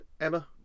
Emma